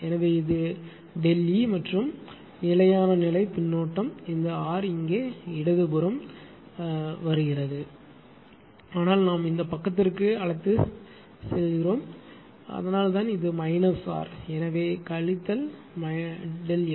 எனவே இது ΔE மற்றும் நிலையான நிலை பின்னூட்டம் இந்த R இங்கே இடது புறம் வருவது இது போன்றது ஆனால் நாம் இந்த பக்கத்திற்கு அழைத்துச் செல்லப்படுகிறோம் அதனால்தான் அது மைனஸ் ஆர் எனவே கழித்தல் ΔF